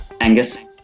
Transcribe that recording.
Angus